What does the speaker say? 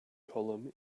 column